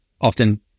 often